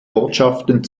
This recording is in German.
ortschaften